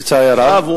לצערי הרב.